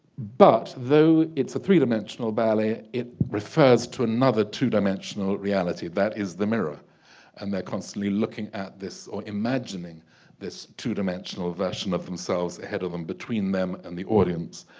but though it's a three-dimensional ballet it refers to another two dimensional reality that is the mirror and they're constantly looking at this or imagining this two-dimensional version of themselves ahead of them between them and the audience